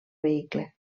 vehicle